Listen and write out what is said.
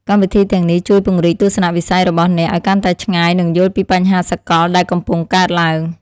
កម្មវិធីទាំងនេះជួយពង្រីកទស្សនវិស័យរបស់អ្នកឱ្យកាន់តែឆ្ងាយនិងយល់ពីបញ្ហាសកលដែលកំពុងកើតឡើង។